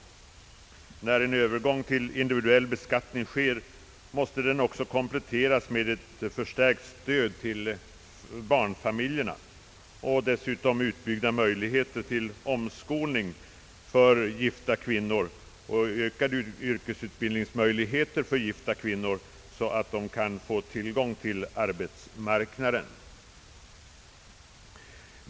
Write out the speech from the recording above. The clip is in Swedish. När en övergång till individuell beskattning sker måste den vidare kompletteras med ett förstärkt stöd till barnfamiljerna och utbyggda möjligheter till omskolning och yrkesutbildning för gifta kvinnor, så att de kan få tillgång till arbetsmarknaden.